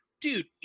dude